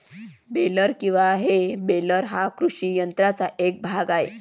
baler किंवा हे baler हा कृषी यंत्राचा एक भाग आहे